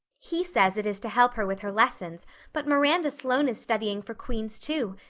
he says it is to help her with her lessons but miranda sloane is studying for queen's too,